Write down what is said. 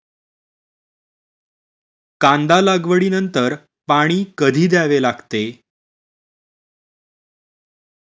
कांदा लागवडी नंतर पाणी कधी द्यावे लागते?